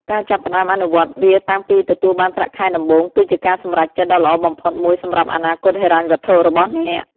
ការចាប់ផ្តើមអនុវត្តវាតាំងពីទទួលបានប្រាក់ខែដំបូង គឺជាការសម្រេចចិត្តដ៏ល្អបំផុតមួយសម្រាប់អនាគតហិរញ្ញវត្ថុរបស់អ្នក។